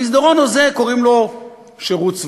המסדרון הזה, קוראים לו שירות צבאי,